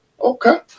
Okay